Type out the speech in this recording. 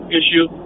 issue